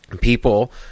people